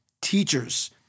teachers